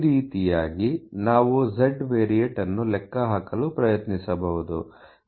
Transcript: ಈ ರೀತಿಯಾಗಿ ನಾವು z ವೇರಿಯೇಟ್ ಅನ್ನು ಲೆಕ್ಕಹಾಕಲು ಪ್ರಯತ್ನಿಸಬಹುದು